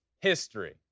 history